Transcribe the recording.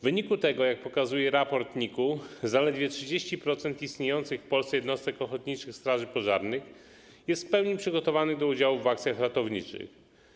W wyniku tego, jak pokazuje raport NIK-u, zaledwie 30% istniejących w Polsce jednostek ochotniczych straży pożarnych jest w pełni przygotowanych do udziału w akcjach ratowniczych.